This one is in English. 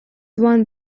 won